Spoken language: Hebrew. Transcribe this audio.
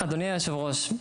אז קודם כל, אדוני יושב הראש,